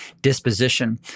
disposition